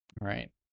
Right